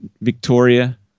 Victoria